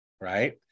right